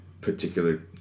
particular